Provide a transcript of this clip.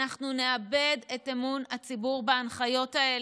אנחנו נאבד את אמון הציבור בהנחיות האלה.